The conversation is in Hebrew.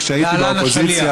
כשהייתי באופוזיציה,